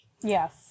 Yes